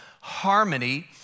harmony